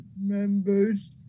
members